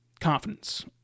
confidence